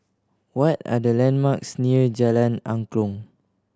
what are the landmarks near Jalan Angklong